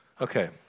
Okay